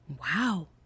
Wow